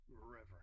reverence